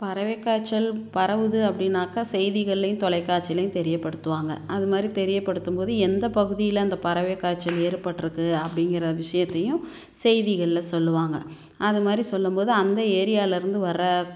பறவைக்காய்ச்சல் பரவுது அப்படின்னாக்கா செய்திகள்லேயும் தொலைக்காட்சிலேயும் தெரியப்படுத்துவாங்கள் அது மாதிரி தெரியப்படுத்தும் போது எந்த பகுதியில் அந்த பறவைக்காச்சல் ஏற்பட்டுருக்கு அப்படிங்கிற விஷயத்தையும் செய்திகளில் சொல்லுவாங்கள் அது மாதிரி சொல்லும் போது அந்த ஏரியாலேருந்து வர்ற